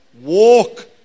walk